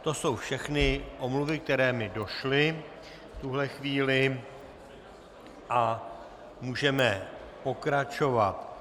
To jsou všechny omluvy, které mi došly v tuhle chvíli, a můžeme pokračovat.